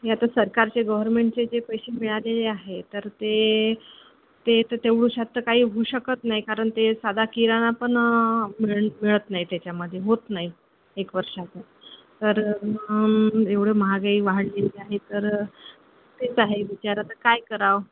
हे आता सरकारचे गव्हर्मेंटचे जे पैसे मिळालेले आहे तर ते ते तर तेवढूश्यात तर काही होऊ शकत नाही कारण ते साधा किराणा पण मिळ मिळत नाही त्याच्यामध्ये होत नाही एक वर्षाचा तर एवढं महागाई वाढलेली आहे तर तेच आहे विचार आता काय करावं